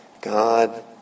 God